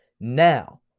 Now